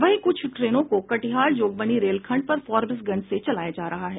वहीं कुछ ट्रेनों को कटिहार जोगबनी रेलखंड पर फारबिसगंज से चलाया जा रहा है